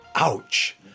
Ouch